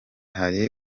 hari